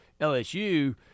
LSU